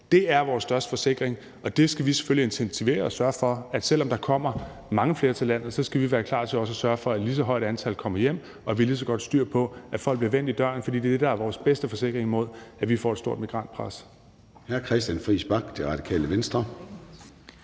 Det er vores største forsikring, og det skal vi selvfølgelig intensivere, og selv om der kommer mange flere til landet, skal vi være klar til også at sørge for, at et lige så højt antal kommer hjem, og at vi har lige så godt styr på, at folk bliver vendt i døren, for det er det, der er vores bedste forsikring imod, at vi får et stort migrantpres.